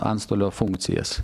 antstolio funkcijas